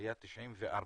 היו 94 הרוגים.